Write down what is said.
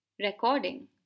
Recording